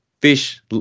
fish